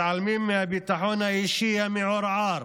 מתעלמים מהביטחון האישי המעורער